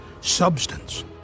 substance